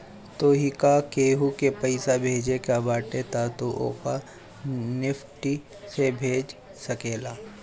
तोहके केहू के पईसा भेजे के बाटे तअ तू ओके निफ्ट से भेज सकेला